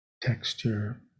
texture